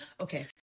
okay